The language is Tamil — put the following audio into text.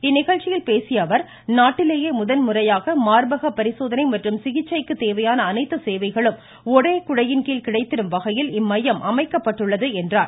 இந்நிகழ்ச்சியில் பேசிய அவர் நாட்டிலேயே முதன்முறையாக மார்பக பரிசோதனை மற்றும் சிகிச்சைக்கு தேவையான அனைத்து சேவைகளும் ஒரே குடையின்கீழ் கிடைத்திடும் வகையில் இம்மையம் அமைக்கப்பட்டுள்ளது என்றார்